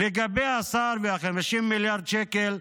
השר וה-50 מיליארד שקל,